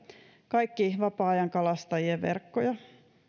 kaikki vapaa ajankalastajien verkkoja